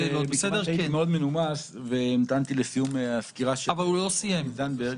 המשפטי שזה המקסימום שאפשר בסבירות של החוק הנורבגי.